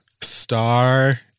Star